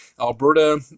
Alberta